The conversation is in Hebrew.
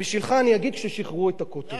בשבילך אני אגיד: כששחררו את הכותל.